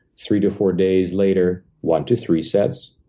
three to four days later, one to three sets.